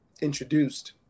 introduced